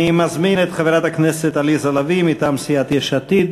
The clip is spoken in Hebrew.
אני מזמין את חברת הכנסת עליזה לביא מטעם סיעת יש עתיד.